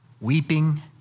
weeping